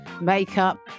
makeup